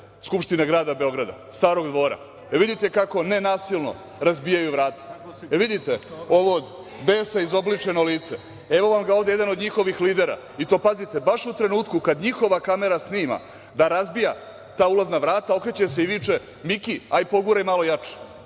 Skupštine grada Beograda, Starog dvora. Vidite kako nenasilno razbijaju vrata. Vidite ovo od besa izobličeno lice. Evo vam ga ovde jedan od njihovih lidera. Pazite, baš u trenutku kad njihova kamera snima da razbija ta ulazna vrata okreće se i viče - Miki, hajde poguraj malo jače.